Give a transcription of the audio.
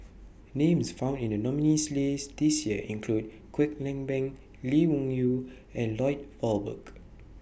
Names found in The nominees' list This Year include Kwek Leng Beng Lee Wung Yew and Lloyd Valberg